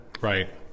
Right